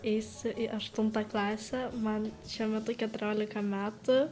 eisiu į aštuntą klasę man šiuo metu keturiolika metų